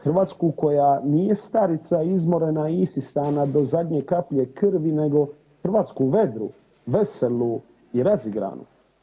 Hrvatsku koja nije starica izmorena i isisana do zadnje kaplje krvi, nego Hrvatsku vedru, veselu i razigranu.